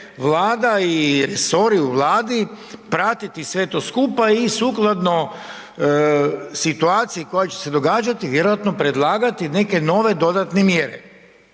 Vlada i resori u Vladi pratiti sve to skupa i sukladno situaciji koja će se događati vjerojatno predlagati neke nove dodatne mjere